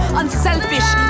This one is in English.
unselfish